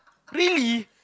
really